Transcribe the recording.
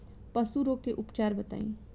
पशु रोग के उपचार बताई?